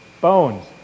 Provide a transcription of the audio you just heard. Bones